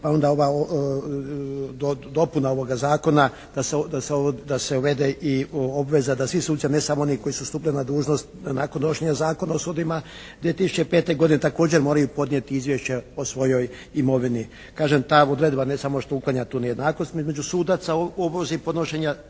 pa onda ova dopuna ovoga Zakona da se uvede i obveza da svi suci, a ne samo oni koji su stupili na dužnost nakon donošenja Zakona o sudovima 2005. godine, također moraju podnijeti izvješće o svojoj imovini. Kažem, ta odredba ne samo što uklanja tu nejednakost između sudaca u obvezi podnošenja